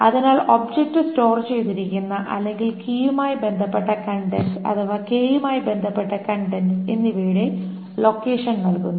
അതിനാൽ object store ചെയ്തിരിക്കുന്ന അല്ലെങ്കിൽ കീയുമായി ബന്ധപ്പെട്ട കണ്ടൻറ്സ് അഥവാ k യുമായി ബന്ധപ്പെട്ട കണ്ടൻറ്സ് എന്നിവയുടെ ലൊക്കേഷൻ നൽകുന്നു